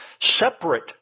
separate